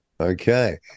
Okay